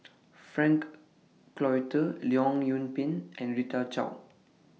Frank Cloutier Leong Yoon Pin and Rita Chao